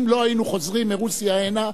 אם לא היינו חוזרים מרוסיה הנה,